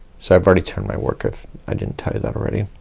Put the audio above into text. so i've already turned my work if i didn't tell you that already.